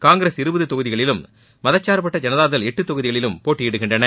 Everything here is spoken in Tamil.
காங்கிரஸ் இருபது தொகுதிகளிலும் மதச் சார்பற்ற ஜன்தாதளம் எட்டு தொகுதிகளிலும் போட்டியிடுகின்றன